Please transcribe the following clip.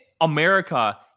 America